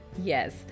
Yes